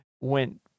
went